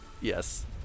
Yes